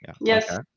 yes